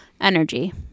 energy